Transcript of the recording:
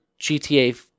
GTA